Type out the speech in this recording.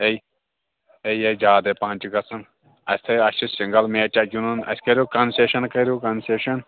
ہے ہے یہِ ۂے زیادَے پَہن چھِ گژھان اَسہِ تھٲے ۂے اَسہِ چھُ سِنٛگل میچ اَتہِ گِنٛدُن اَسہِ کٔرِو کَنسیشَن کٔرِو کَنسیشَن